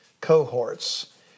cohorts